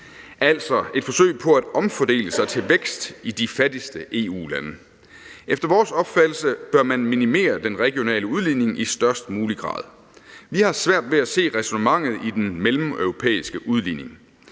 altså et forsøg på at omfordele sig til vækst i de fattigste EU-lande. Efter vores opfattelse bør man minimere den regionale udligning i størst mulig grad. Vi har svært ved at se ræsonnementet i den mellemeuropæiske udligning.